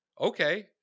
Okay